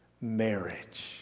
marriage